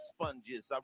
sponges